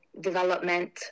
development